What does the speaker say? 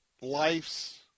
life's